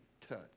touch